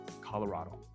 Colorado